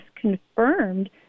confirmed